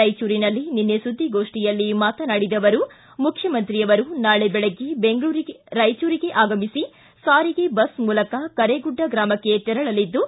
ರಾಯಚೂರಿನಲ್ಲಿ ನಿನ್ನೆ ಸುದ್ದಿಗೋಷ್ಠಿಯಲ್ಲಿ ಮಾತನಾಡಿದ ಅವರು ಮುಖ್ಯಮಂತ್ರಿಯವರು ನಾಳೆ ಬೆಳಗ್ಗೆ ರಾಯಚೂರಿಗೆ ಆಗಮಿಸಿ ಸಾರಿಗೆ ಬಸ್ ಮೂಲಕ ಕರೇಗುಡ್ಡ ಗ್ರಾಮಕ್ಕೆ ತೆರಳಲಿದ್ದು